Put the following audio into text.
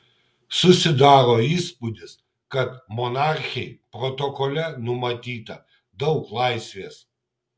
susidaro įspūdis kad monarchei protokole numatyta daug laisvės